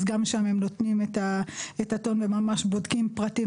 אז גם שם את נותנים את הטון וממש בודקים פרטים